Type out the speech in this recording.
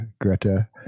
greta